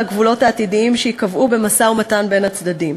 הגבולות העתידיים שייקבעו במשא-ומתן בין הצדדים.